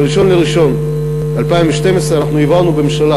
ב-1 בינואר 2012 אנחנו העברנו בממשלה,